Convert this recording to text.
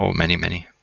many, many.